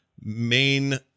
main